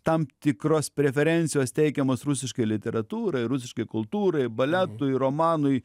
tam tikros preferencijos teikiamos rusiškai literatūrai rusiškai kultūrai baletui romanui